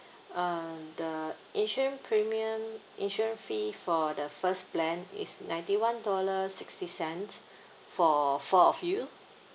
uh the insurance premium insurance fee for the first plan is ninety one dollars sixty cents for four of you